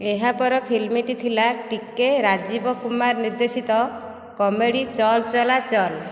ଏହା ପର ଫିଲ୍ମଟି ଥିଲା ଟି କେ ରାଜୀବ କୁମାର ନିର୍ଦ୍ଦେଶିତ କମେଡ଼ି 'ଚଲ୍ ଚଲା ଚଲ୍'